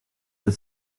the